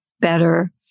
better